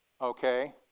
Okay